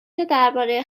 درباره